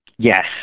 Yes